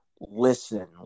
listen